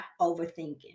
overthinking